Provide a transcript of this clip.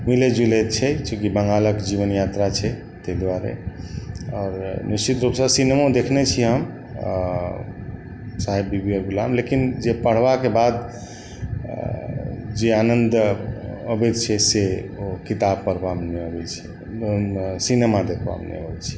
मिलै जुलै छै चूँकि बङ्गालके जीवन यात्रा छै ताहि दुआरे आओर निश्चित रूपसँ सिनेमो देखने छी हम साहेब बीबी और गुलाम लेकिन जे पढ़बाके बाद जे आनन्द अबै छै से ओ किताब पढ़बामे नहि अबै छै सिनेमा देखबामे नहि अबै छै